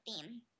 theme